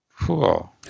Cool